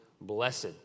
blessed